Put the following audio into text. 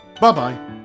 bye-bye